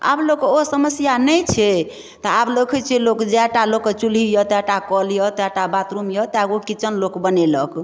आब लोक ओ समस्या नहि छै तऽ आब देखैत छियै लोक जाएटा लोक कऽ चुल्ही यऽ तएटा कल यऽ तएटा बाथरूम यऽ तएगो किचन लोक बनयलक